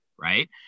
right